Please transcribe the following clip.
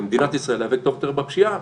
למדינת ישראל להיאבק טוב יותר בפשיעה,